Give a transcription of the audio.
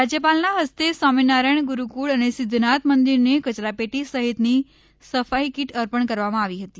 રાજ્યપાલના હસ્તે સ્વામિનારાયણ ગુરુકુળ અને સિદ્ધનાથ મંદિરને કચરાપેટી સહિતની સફાઈ કીટ અર્પણ કરવામાં આવી હતી